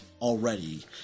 already